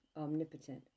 omnipotent